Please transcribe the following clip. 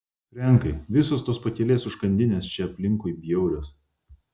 frenkai visos tos pakelės užkandinės čia aplinkui bjaurios